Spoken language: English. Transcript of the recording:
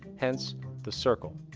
hence the circle.